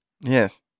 Yes